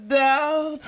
down